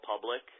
public